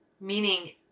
meaning